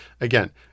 again